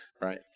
Right